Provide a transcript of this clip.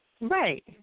Right